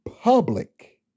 public